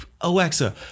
Alexa